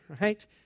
right